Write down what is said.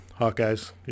Hawkeyes